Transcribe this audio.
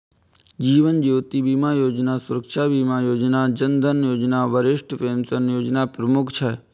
जीवन ज्योति बीमा योजना, सुरक्षा बीमा योजना, जन धन योजना, वरिष्ठ पेंशन योजना प्रमुख छै